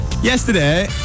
Yesterday